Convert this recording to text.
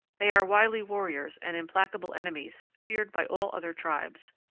they are wily warriors and implacable enemies, feared by all other tribes.